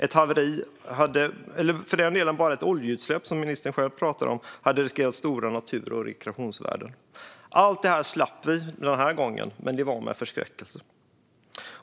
Ett haveri - eller för den delen bara ett oljeutsläpp, som ministern själv pratade om - hade inneburit risker för stora natur och rekreationsvärden. Allt detta slapp vi den här gången, men det var med förskräckelse.